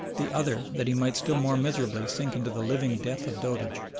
the other that he might still more miserably sink into the living death of dotage?